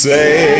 Say